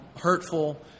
hurtful